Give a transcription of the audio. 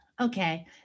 okay